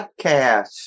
Podcast